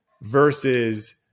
versus